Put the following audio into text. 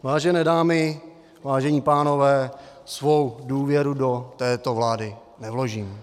Vážené dámy, vážení pánové, svou důvěru do této vlády nevložím.